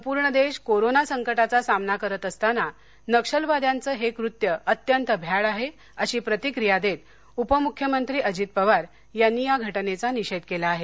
संपूर्ण देश कोरोना संकटाचा सामना करत असताना नक्षलवाद्यांचं हे कृत्य अत्यंत भ्याड आहे अशी प्रतिक्रिया देत उपमुख्यमंत्री अजित पवार यांनी या घटनेचा निषेध केला आहे